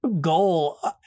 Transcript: goal